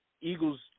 Eagles